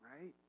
right